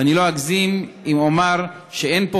ואני לא אגזים אם אומר שאין פה,